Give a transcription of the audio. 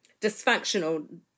dysfunctional